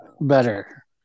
better